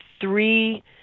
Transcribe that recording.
three